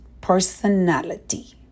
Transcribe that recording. personality